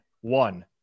one